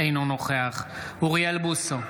אינו נוכח אוריאל בוסו,